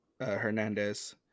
Hernandez